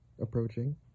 approaching